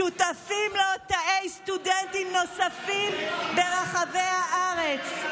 שותפים לו תאי סטודנטים נוספים ברחבי הארץ,